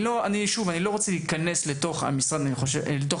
אני לא רוצה להיכנס לתוך המוסדות,